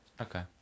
okay